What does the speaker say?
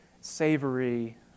savory